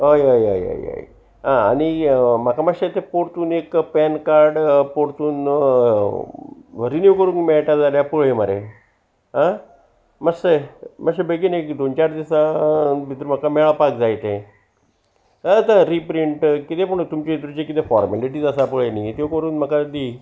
हय हय हय हय हय आ आनी म्हाका मातशें तें परतून एक पॅन कार्ड परतून रिन्यव करूंक मेळटा जाल्यार पळय मरे आ मातशे मातशे बेगीन एक दोन चार दिसां भितर म्हाका मेळपाक जाय तें आतां रिप्रिंट कितें पूणून तुमचे भितरचे कितें फॉर्मेलिटीज आसा पळय न्ही त्यो करून म्हाका दी